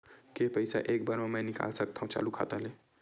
के पईसा एक बार मा मैं निकाल सकथव चालू खाता ले?